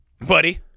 buddy